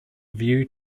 view